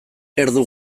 erdu